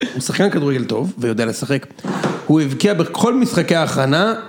הוא שחקן כדורגל טוב, ויודע לשחק. הוא הבקיע בכל משחקי ההכנה.